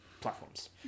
platforms